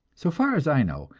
so far as i know,